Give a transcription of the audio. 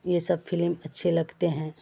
یہ سب فلم اچھے لگتے ہیں